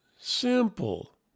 Simple